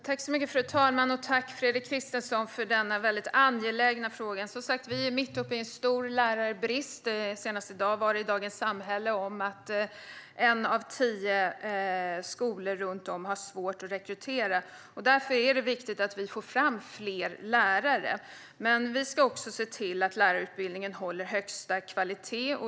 Fru talman! Tack, Fredrik Christensson, för denna angelägna fråga! Vi är som sagt mitt uppe i en stor lärarbrist. Senast i dag stod det i Dagens Samhälle att en av tio skolor har svårt att rekrytera. Därför är det viktigt att vi får fram fler lärare, men vi ska också se till att lärarutbildningen håller högsta kvalitet.